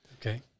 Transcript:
Okay